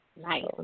Nice